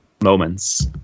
moments